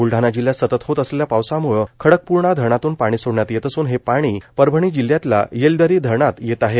ब्लडाणा जिल्ह्यात सतत होत असलेल्या पावसाम्ळे खडकपूर्णा धरणातून पाणी सोडण्यात येत असून हे पाणी परभणी जिल्ह्यातल्या येलदरी धरणात येत आहे